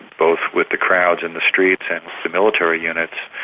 both with the crowds in the streets and the military units,